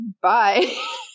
bye